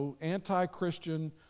anti-Christian